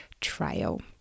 trial